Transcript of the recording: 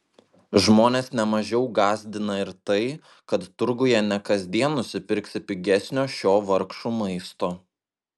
žmones ne mažiau gąsdina ir tai kad turguje ne kasdien nusipirksi pigesnio šio vargšų maisto